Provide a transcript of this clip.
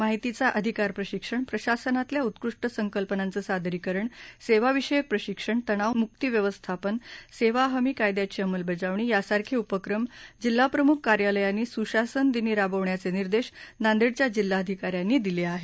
माहितीचा अधिकार प्रशिक्षण प्रशासनातल्या उत्कृष्ट संकल्पनांचं सादरीकरण सेवाविषयक प्रशिक्षण तणाव मुक्ती व्यवस्थापन सेवा हमी कायद्याची अंमलबजावणी यासारखे उपक्रम जिल्हा प्रमुख कार्यालयांनी सुशासन दिनी राबवण्याचे निर्देश नांदेडच्या जिल्हाधिका यांनी दिले आहेत